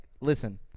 listen